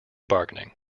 bargaining